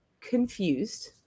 confused